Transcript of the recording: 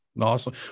awesome